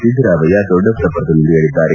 ಸಿದ್ಧರಾಮಯ್ಯ ದೊಡ್ಡಬಳ್ಳಾಪುರದಲ್ಲಿಂದು ಹೇಳಿದ್ದಾರೆ